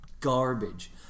garbage